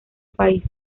país